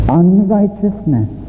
unrighteousness